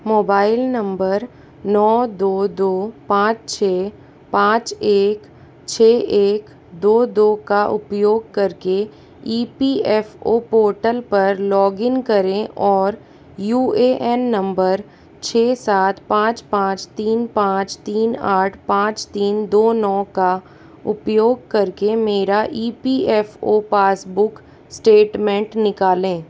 mobile number नौ दो दो पाँच छः पाँच एक छः एक दो दो का उपयोग करके E P F O portal पर लॉगइन करें और यू ए एन नंबर छः सात पाँच पाँच तीन पाँच तीन आठ पाँच तीन दो नौ का उपयोग करके मेरा E P F O passbook statement निकालें